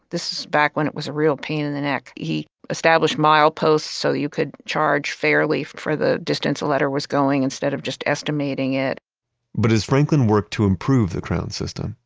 this is back when it was a real pain in the neck. he established mileposts so you could charge fairly for for the distance a letter was going instead of just estimating it but as franklin worked to improve the crown system,